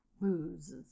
booze